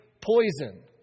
poison